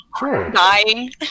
dying